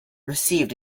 received